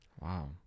wow